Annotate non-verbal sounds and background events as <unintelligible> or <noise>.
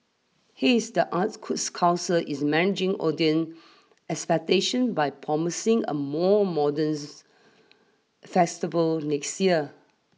haze the arts <unintelligible> council is managing audience expectations by promising a more modern festival next yea